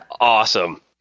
awesome